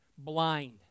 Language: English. Blind